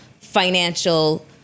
financial